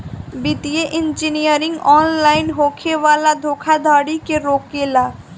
वित्तीय engineering online होखे वाला धोखाधड़ी के रोकेला